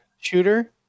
Shooter